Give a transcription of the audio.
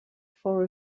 for